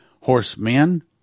horsemen